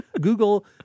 Google